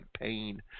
pain